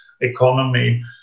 economy